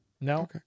No